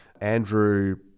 Andrew